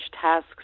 tasks